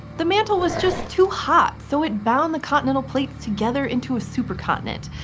the mantle was just too hot, so it bound the continental plates together into a supercontinent.